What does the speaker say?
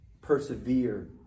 persevere